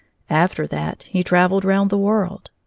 after that he traveled round the world.